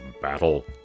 Battle